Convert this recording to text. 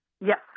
Yes